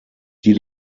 die